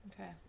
Okay